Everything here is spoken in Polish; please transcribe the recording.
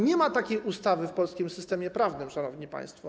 Nie ma takiej ustawy w polskim systemie prawnym, szanowni państwo.